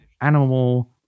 animal